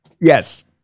Yes